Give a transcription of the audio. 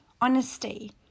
honesty